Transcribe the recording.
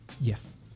Yes